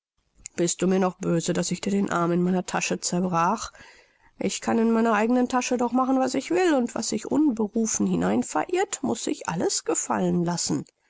bist du mir noch böse daß ich dir den arm in meiner tasche zerbrach ich kann in meiner eignen tasche doch machen was ich will und was sich unberufen hinein verirrt muß sich alles gefallen lassen